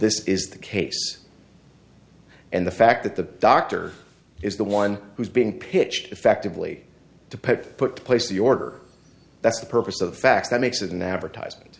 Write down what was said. this is the case and the fact that the doctor is the one who's being pitched effectively to put to place the order that's the purpose of the facts that makes it an advertise